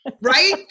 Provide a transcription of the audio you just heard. right